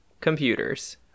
computers